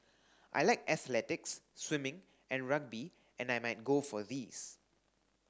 I like athletics swimming and rugby and I might go for these